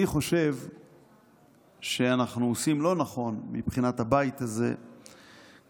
אני חושב שאנחנו עושים לא נכון מבחינת הבית הזה כשהחוק